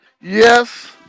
yes